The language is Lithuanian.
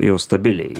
jau stabiliai